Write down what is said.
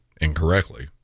incorrectly